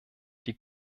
die